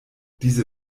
diese